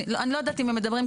אני לא יודעת אם הם מדברים,